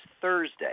Thursday